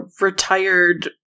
retired